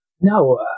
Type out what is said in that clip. No